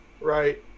right